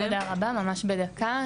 תודה רבה ממש בדקה.